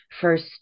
first